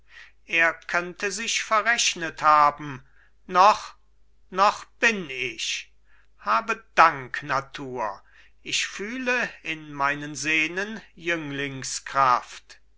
er könnte sich verrechnet haben noch noch bin ich habe dank natur ich fühle in meinen sehnen